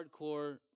Hardcore